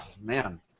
Man